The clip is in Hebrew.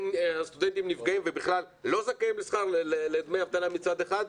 הסטודנטים נפגעים ובכלל לא זכאים לדמי אבטלה מצד אחד,